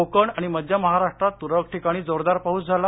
कोकण आणि मध्य महाराष्ट्रात तुरळक ठिकाणी जोरदार पाऊस झाला